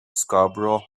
scarborough